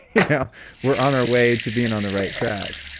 yeah we're on our way to being on the right track,